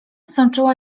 sączyła